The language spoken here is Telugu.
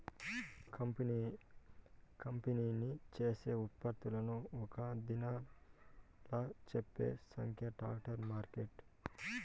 కంపెనీ చేసే ఉత్పత్తులను ఒక్క దినంలా చెప్పే సంఖ్యే టార్గెట్ మార్కెట్